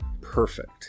perfect